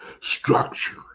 structure